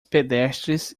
pedestres